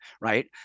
right